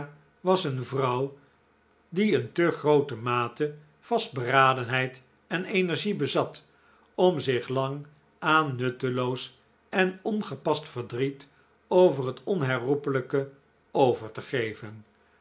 was een vrouw die een te groote mate vastberadenheid en energie bezat om zich lang aan nutteloos en ongepast verdriet over het onherroepelijke over te geven